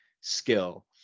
skill